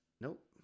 Nope